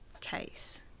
case